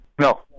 No